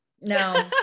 no